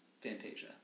Fantasia